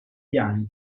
piani